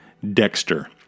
Dexter